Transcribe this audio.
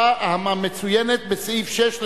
6,